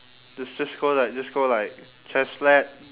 just just go like just go like chest flat